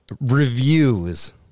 Reviews